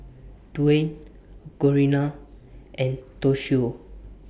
Dwain Corina and Toshio